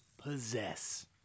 possess